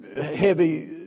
heavy